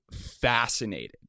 fascinated